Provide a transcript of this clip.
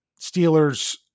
Steelers